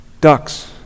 ducks